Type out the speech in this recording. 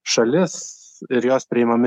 šalis ir jos priimami